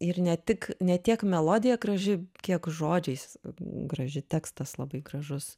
ir ne tik ne tiek melodija graži kiek žodžiais graži tekstas labai gražus